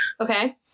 okay